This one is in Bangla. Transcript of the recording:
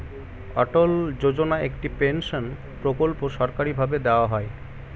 অটল যোজনা একটি পেনশন প্রকল্প সরকারি ভাবে দেওয়া হয়